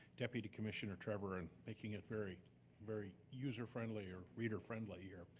deputy commissioner trevor in making it very very user friendly or reader friendly here.